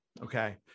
okay